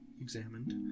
examined